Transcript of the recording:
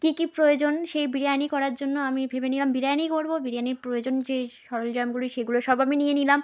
কী কী প্রয়োজন সেই বিরিয়ানি করার জন্য আমি ভেবে নিলাম বিরিয়ানিই করব বিরিয়ানির প্রয়োজন যে সরঞ্জামগুলি সেগুলো সব আমি নিয়ে নিলাম